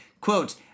quote